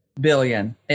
billion